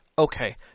Okay